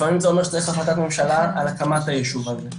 לפעמים זה אומר שצריך החלטת ממשלה על הקמת היישוב הזה,